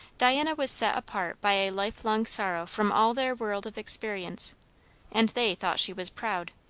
diana was set apart by a life-long sorrow from all their world of experience and they thought she was proud.